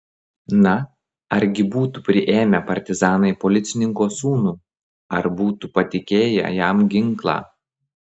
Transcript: na argi būtų priėmę partizanai policininko sūnų ar būtų patikėję jam ginklą